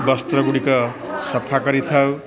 ବସ୍ତ୍ର ଗୁଡ଼ିକ ସଫା କରିଥାଉ